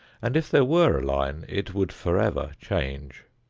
and if there were a line it would forever change.